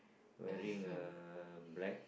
wearing a black